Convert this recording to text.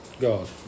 God